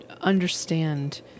understand